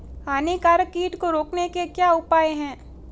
हानिकारक कीट को रोकने के क्या उपाय हैं?